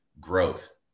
growth